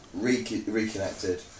reconnected